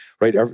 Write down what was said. right